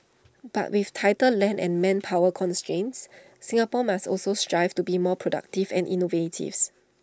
but with tighter land and manpower constraints Singapore must also strive to be more productive and innovative